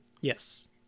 Yes